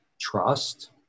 trust